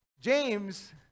James